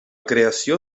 creació